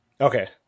okay